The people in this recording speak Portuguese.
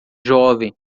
jovem